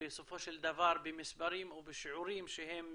בסופו של דבר במספרים או בשיעורים שהם